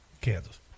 Kansas